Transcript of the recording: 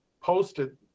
posted